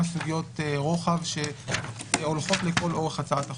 סוגיות רוחב שהולכות לכל אורך הצעת החוק.